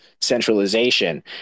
centralization